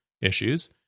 issues